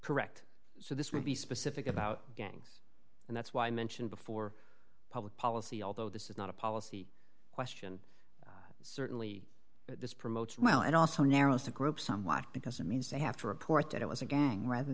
correct so this may be specific about gangs and that's why i mentioned before public policy although this is not a policy question certainly this promotes well and also narrows the group somewhat because it means they have to report that it was a gang rather